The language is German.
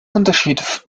unterschied